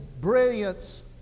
brilliance